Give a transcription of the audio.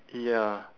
ya